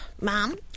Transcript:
Mom